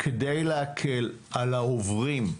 כדי להקל על העוברים,